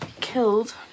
killed